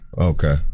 okay